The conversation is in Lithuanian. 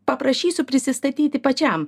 paprašysiu prisistatyti pačiam